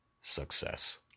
success